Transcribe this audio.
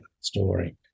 story